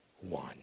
one